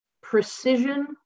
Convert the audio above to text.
Precision